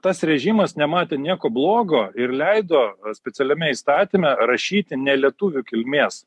tas režimas nematė nieko blogo ir leido specialiame įstatyme rašyti ne lietuvių kilmės